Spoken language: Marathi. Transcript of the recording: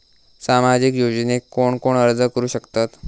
सामाजिक योजनेक कोण कोण अर्ज करू शकतत?